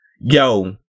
yo